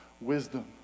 wisdom